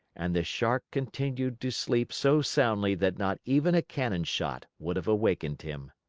and the shark continued to sleep so soundly that not even a cannon shot would have awakened him.